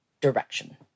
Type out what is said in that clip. direction